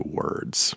words